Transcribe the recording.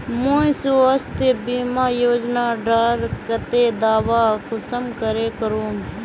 मुई स्वास्थ्य बीमा योजना डार केते दावा कुंसम करे करूम?